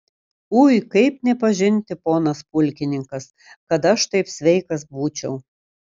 ui kaip nepažinti ponas pulkininkas kad aš taip sveikas būčiau